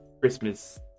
Christmas